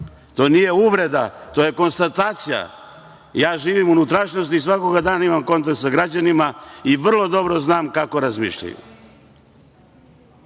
To nije uvreda, to je konstatacija. Ja živim u unutrašnjosti i svakoga dana imam kontakt sa građanima i vrlo dobro znam kako razmišljaju,